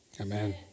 Amen